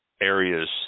areas